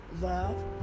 love